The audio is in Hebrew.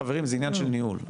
חברים, זה עניין של ניהול.